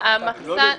הם לא נבנו.